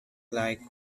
like